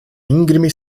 íngreme